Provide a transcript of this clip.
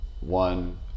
one